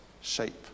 shape